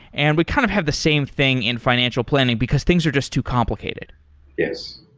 and we kind of have the same thing in financial planning, because things are just too complicated yes.